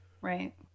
Right